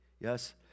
yes